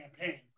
campaign